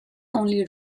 only